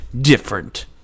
different